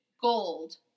gold